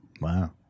Wow